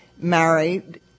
married